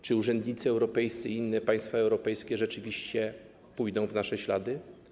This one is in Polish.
Czy urzędnicy europejscy i inne państwa europejskie rzeczywiście pójdą w nasze ślady?